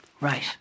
right